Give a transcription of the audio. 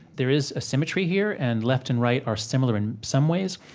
there is a symmetry here, and left and right are similar in some ways.